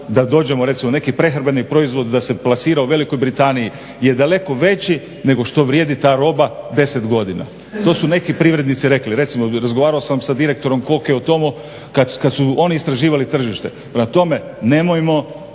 da dođemo recimo neki prehrambeni proizvod da se plasira u Velikoj Britaniji je daleko veći nego što vrijedi ta roba 10 godina. To su neki privrednici rekli. Recimo razgovarao sam sa direktorom Koke o tomu kad su oni istraživali tržište. Prema tome, nemojmo